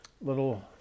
little